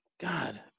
God